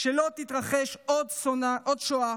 שלא תתרחש עוד שואה